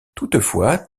toutefois